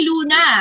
Luna